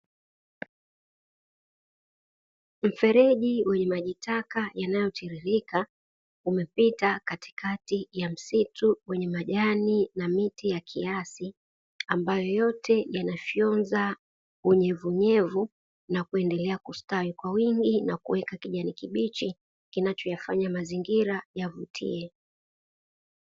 Mfereji wenye maji taka yanayotiririka umepita katikati ya msitu wenye majani na miti ya kiasi, ambayo yote yanafyonza unyevunyevu na kuendelea kustawi kwa wingi, na kuweka kijani kibichi kinachoyafanya mazingira yavutie.